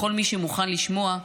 לכל מי שמוכן לשמוע,